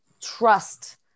trust